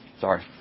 Sorry